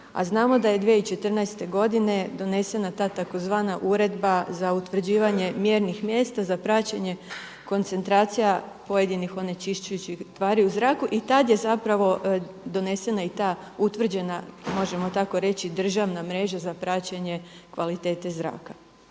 a znamo da je 2014. godine donesena ta tzv. Uredba za utvrđivanje mjernih mjesta, za praćenje koncentracija pojedinih onečišćujućih tvari u zraku i tada je zapravo donesena i ta utvrđena, možemo tako reći, državna mreža za praćenje kvalitete zraka.